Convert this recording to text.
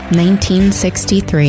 1963